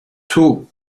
two